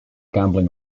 gambling